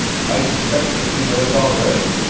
i suspect that she knows already.